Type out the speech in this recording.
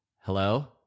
hello